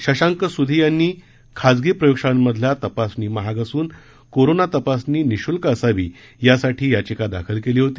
शशांक सुधी यांनी खाजगी प्रयोगशाळांमधील तपासणी महाग असून कोरोना तपासणी निशुल्क असावी यासाठी याचिका दाखल केली होती